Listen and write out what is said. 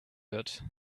wird